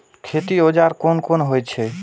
खेती औजार कोन कोन होई छै?